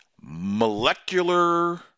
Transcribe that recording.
molecular